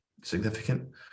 significant